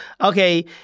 okay